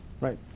right